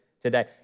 today